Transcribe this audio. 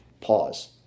pause